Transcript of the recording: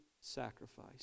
sacrifice